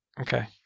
Okay